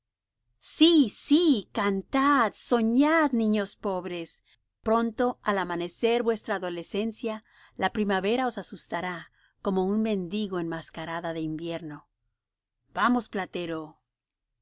sí sí cantad soñad niños pobres pronto al amanecer vuestra adolescencia la primavera os asustará como un mendigo enmascarada de invierno vamos platero xv